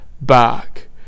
back